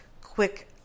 quick